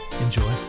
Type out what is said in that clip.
Enjoy